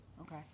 Okay